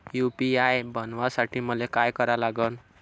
UPI बनवासाठी मले काय करा लागन?